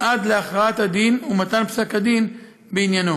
עד להכרעת הדין ומתן פסק הדין בעניינו.